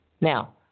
Now